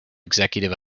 executive